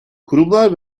kurumlar